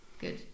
good